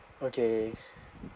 okay